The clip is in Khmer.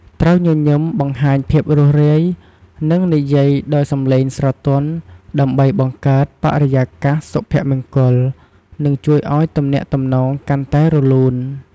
ត្រូវញញឹម បង្ហាញភាពរួសរាយ និងនិយាយដោយសំឡេងស្រទន់ ដើម្បីបង្កើតបរិយាកាសសុភមង្គល និងជួយឲ្យទំនាក់ទំនងកាន់តែរលូន។